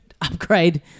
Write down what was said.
upgrade